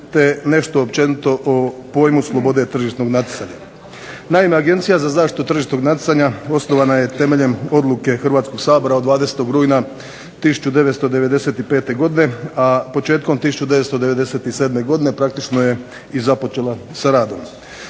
te nešto općenito o pojmu slobode tržišnog natjecanja. Naime, Agencija za zaštitu tržišnog natjecanja osnovana je temeljem odluke Hrvatskog sabora od 20. rujna 1995. godine, a početkom 1997. godine praktično je i započela sa radom.